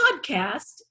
podcast